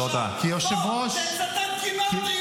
תודה, חבר הכנסת קריב.